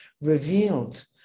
revealed